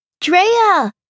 Drea